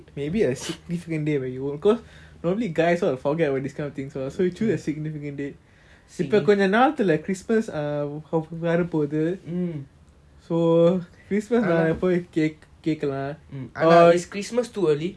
maybe a significant day for you cause normally guys sort of forget all these this kind of things [one] so choose a significant date இப்போ கொஞ்சம் நேரத்துல:ipo konjam nerathula like christmas வரபோது:varapothu so christmas பொய் கேக்கலாம்:poi keakalam